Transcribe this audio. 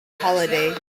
holiday